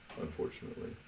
unfortunately